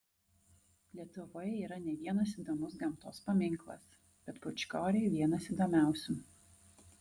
lietuvoje yra ne vienas įdomus gamtos paminklas bet pūčkoriai vienas įdomiausių